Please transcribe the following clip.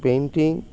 painting